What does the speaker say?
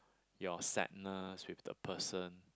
your sadness with the person